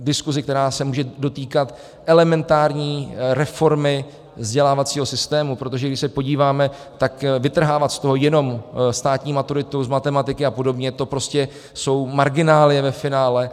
Diskuzi, která se může dotýkat elementární reformy vzdělávacího systému, protože když se podíváme, tak vytrhávat z toho jenom státní maturitu z matematiky a podobně, tak to prostě jsou marginálie ve finále.